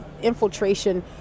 infiltration